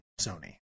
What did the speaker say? Sony